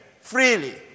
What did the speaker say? freely